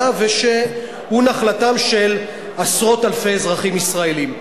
והוא נחלתם של עשרות אלפי אזרחים ישראלים.